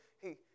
hey